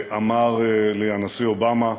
אמר לי הנשיא אובמה,